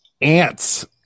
Ants